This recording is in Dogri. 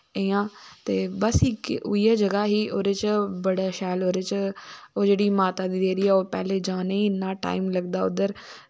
इयां ते बस इक उऐ जगाह् ही ओह्दे च बड़ा शैल ओह्दे च ओह् जेह्ड़ी माता दी देह्री ऐ ओ पैह्ले जानेईं इन्ना टाईम लगदा उध्दर